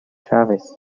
travis